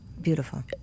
Beautiful